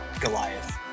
Goliath